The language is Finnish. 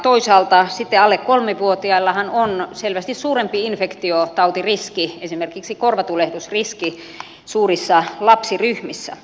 toisaalta sitten alle kolmivuotiaillahan on selvästi suurempi infektiotautiriski esimerkiksi korvatulehdusriski suurissa lapsiryhmissä